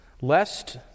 Lest